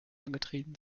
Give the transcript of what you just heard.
angetrieben